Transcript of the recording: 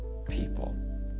people